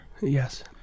Yes